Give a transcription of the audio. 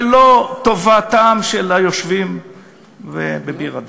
ולא לטובתם של היושבים בביר-הדאג'.